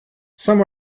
some